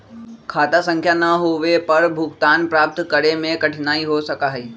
खाता संख्या ना होवे पर भुगतान प्राप्त करे में कठिनाई हो सका हई